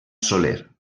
soler